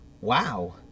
Wow